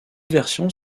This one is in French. versions